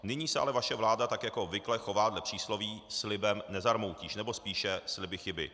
Nyní se ale vaše vláda jako obvykle chová dle přísloví slibem nezarmoutíš, nebo spíše sliby chyby.